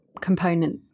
component